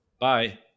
Bye